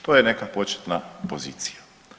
To je neka početna pozicija.